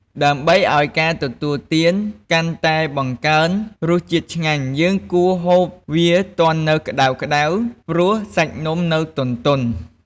ដើម្បីឱ្យការទទួលទានកាន់តែបង្កើនរសជាតិឆ្ញាញ់ យើងគួរហូបវាទាន់នៅក្តៅៗ ព្រោះសាច់នំនៅទន់ៗ។